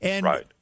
Right